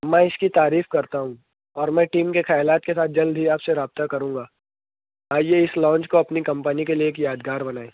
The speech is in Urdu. میں اِس کی تعریف کرتا ہوں اور میں ٹیم کے خیالات کے ساتھ جلد ہی آپ سے رابطہ کروں گا آئیے اِس لاؤنچ کو اپنی کمپنی کے لیے ایک یادگار بنائیں